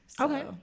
okay